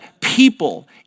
people